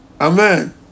Amen